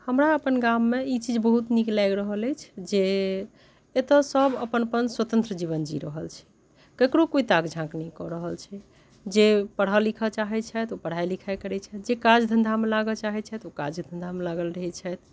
हमरा अपन गाममे ई चीज बहुत नीक लागि रहल अछि जे एतय सभ अपन अपन स्वतन्त्र जीवन जी रहल छै ककरो कोइ ताक झाँक नहि कऽ रहल छै जे पढ़य लिखय चाहैत छथि ओ पढ़ाइ लिखाइ करैत छथि जे काज धन्धामे लागय चाहैत छथि ओ काज धन्धामे लागल रहैत छथि